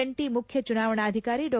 ಜಂಟಿ ಮುಖ್ಯ ಚುನಾವಣಾಧಿಕಾರಿ ಡಾ